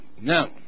now